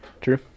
true